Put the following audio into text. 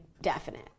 definite